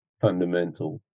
fundamental